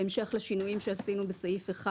בהמשך לשינויים שעשינו בסעיף 1,